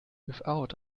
without